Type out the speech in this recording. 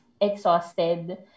exhausted